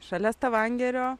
šalia stavangerio